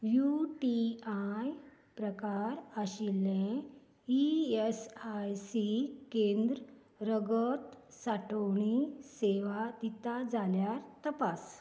you T I प्रकार आशिल्लें E S I C केंद्र रगत सांठोवणी सेवा दिता जाल्यार तपास